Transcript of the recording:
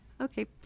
Okay